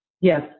yes